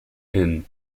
inn